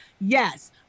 yes